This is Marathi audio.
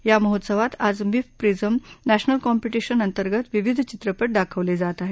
या महोत्सवात आज मिफ प्रिझम नक्सिल कॉम्पिटिशन अंतर्गत विविध चित्रपट दाखवले जात आहेत